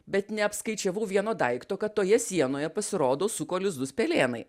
bet neapskaičiavau vieno daikto kad toje sienoje pasirodo suko lizdus pelėnai